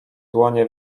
dłonie